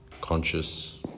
conscious